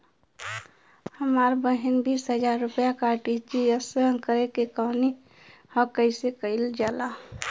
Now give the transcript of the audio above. हमर बहिन बीस हजार रुपया आर.टी.जी.एस करे के कहली ह कईसे कईल जाला?